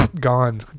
gone